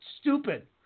stupid